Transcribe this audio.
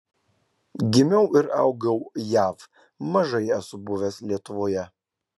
gimiau ir augau jav mažai esu buvęs lietuvoje